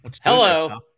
hello